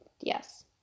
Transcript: yes